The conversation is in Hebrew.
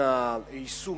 הורוביץ.